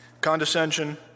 Condescension